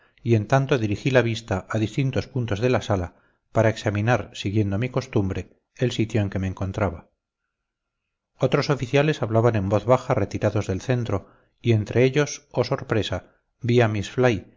y en tanto dirigí la vista a distintos puntos de la sala para examinar siguiendo mi costumbre el sitio en que me encontraba otros oficiales hablaban en voz baja retirados del centro y entre ellos oh sorpresa vi a miss